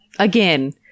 Again